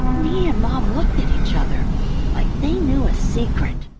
and he and mom looked at each other like they knew a secret.